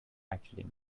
actually